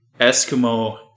Eskimo